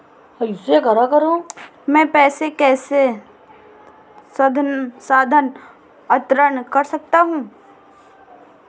मैं पैसे कैसे स्थानांतरण कर सकता हूँ?